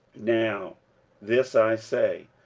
now this i say,